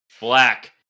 Black